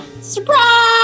Surprise